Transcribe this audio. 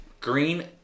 Green